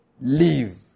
leave